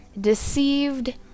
deceived